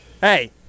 Hey